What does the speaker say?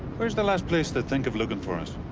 where's the last place they think of looking for us?